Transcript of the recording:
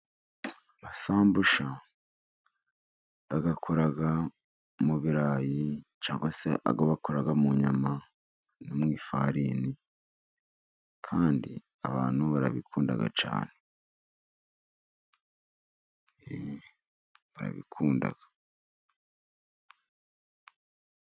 Amasambusa bayakora mu birarayi, cyangwa se ayo bakora mu nyama, no mu ifarini. Kandi abantu barabikunda cyane. Barabikunda.